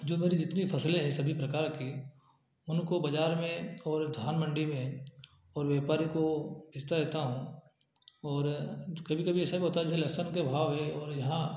जो मेरे जितनी फसलें हैं सभी प्रकार की उनको बाज़ार में और धान मंडी में और व्यापारी को बेचता रहता हूँ और कभी कभी ऐसा भी होता है जैसे लहसुन के भाव है और यहाँ